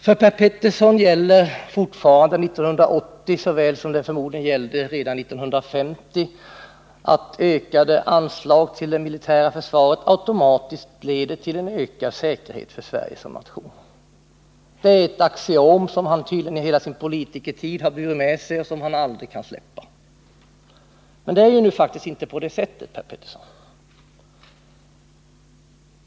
För Per Petersson gäller fortfarande år 1980 — så som det förmodligen gällde redan 1950 — att ökade anslag till det militära försvaret automatiskt leder till en ökad säkerhet för Sverige som nation. Det är ett axiom som han tydligen under hela sin politikertid burit med sig och som han aldrig kan släppa. Men det är faktiskt inte på det sättet. Per Petersson.